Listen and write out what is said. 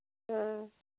ہاں